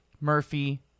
Murphy